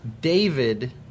David